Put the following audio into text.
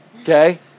okay